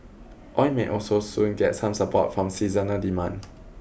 oil may also soon get some support from seasonal demand